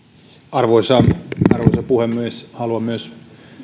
arvoisa puhemies haluan myös